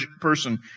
person